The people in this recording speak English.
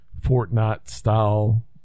Fortnite-style